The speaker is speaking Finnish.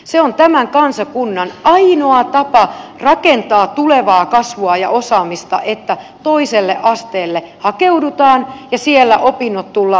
se on tämän kansakunnan ainoa tapa rakentaa tulevaa kasvua ja osaamista että toiselle asteelle hakeudutaan ja siellä opinnot tullaan suorittamaan